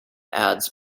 ads